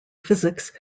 physics